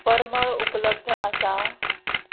परमळ उपलब्ध आसा